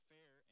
Fair